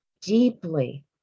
deeply